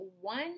one